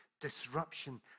disruption